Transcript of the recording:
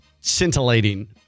scintillating